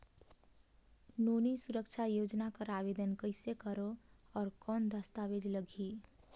नोनी सुरक्षा योजना कर आवेदन कइसे करो? और कौन दस्तावेज लगही?